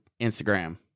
Instagram